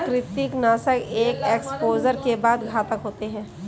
कृंतकनाशक एक एक्सपोजर के बाद घातक होते हैं